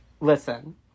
listen